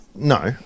No